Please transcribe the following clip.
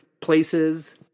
places